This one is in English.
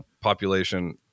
Population